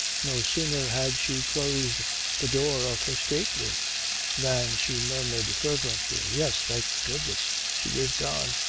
no sooner had she closed the door of her state-room than she murmured fervently, yes! thank goodness, she is gone.